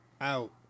out